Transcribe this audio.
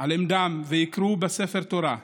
על עמדם ויקראו בספר תורת ה'